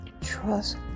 Trust